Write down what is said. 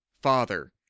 father